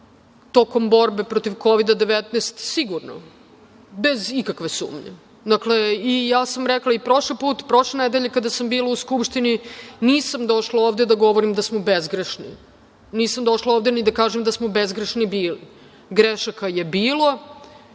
tokom borbe protiv Kovida – 19? Sigurno, bez ikakve sumnje. Ja sam rekla i prošli put, prošle nedelje kada sam bila u Skupštini, nisam došla ovde da govorim da smo bezgrešni, nisam došla ovde ni da kažem da smo bezgrešni bili. Grešaka je bilo,